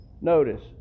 Notice